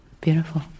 Beautiful